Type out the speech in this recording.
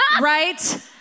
Right